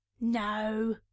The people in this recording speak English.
no